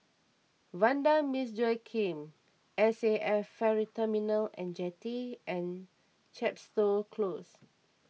Vanda Miss Joaquim S A F Ferry Terminal and Jetty and Chepstow Close